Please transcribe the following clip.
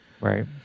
Right